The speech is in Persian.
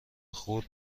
خرد